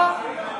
שנייה ושלישית.